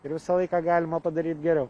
ir visą laiką galima padaryt geriau